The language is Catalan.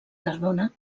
cardona